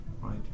right